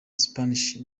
spanish